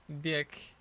dick